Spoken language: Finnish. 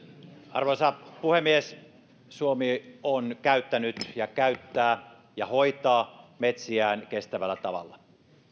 arvoisa puhemies suomi on käyttänyt ja käyttää ja hoitaa metsiään kestävällä tavalla